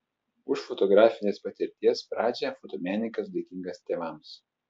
už fotografinės patirties pradžią fotomenininkas dėkingas tėvams